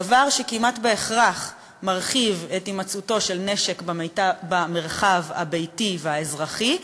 דבר שכמעט בהכרח מרחיב את הימצאותו של נשק במרחב הביתי והאזרחי,